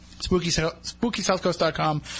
SpookySouthCoast.com